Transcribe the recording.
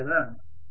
అంతే కదా